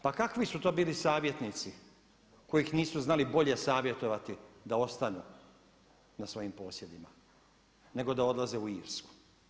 Pa kakvi su to bili savjetnici koji ih nisu znali bolje savjetovati da ostanu na svojim posjedima, nego da odlaze u Irsku.